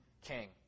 king